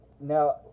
Now